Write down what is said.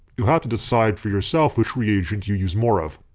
you'll have to decide for yourself which reagent you use more of.